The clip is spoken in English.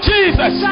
Jesus